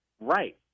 right